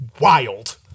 wild